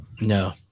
no